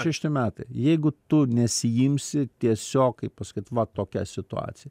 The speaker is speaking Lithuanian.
šešti metai jeigu tu nesiimsi tiesiog kaip pasakyt va tokia situacija